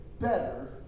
better